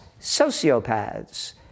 sociopaths